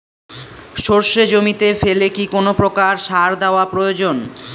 সর্ষে জমিতে ফেলে কি কোন প্রকার সার দেওয়া প্রয়োজন?